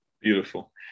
Beautiful